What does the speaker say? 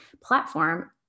platform